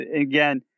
again